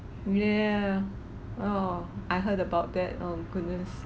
yeah oh I heard about that oh goodness